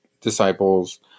disciples